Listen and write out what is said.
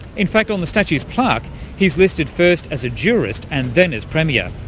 in fact, on the statue's plaque he's listed first as a jurist, and then as premier.